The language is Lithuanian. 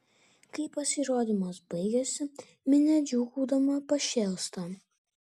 kai pasirodymas baigiasi minia džiūgaudama pašėlsta